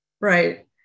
right